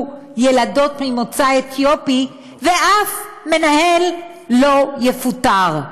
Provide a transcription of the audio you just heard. ילדות ממוצא אתיופי ואף מנהל לא יפוטר,